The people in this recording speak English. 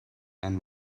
and